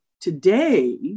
today